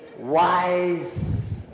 wise